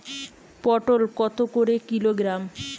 পটল কত করে কিলোগ্রাম?